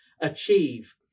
achieve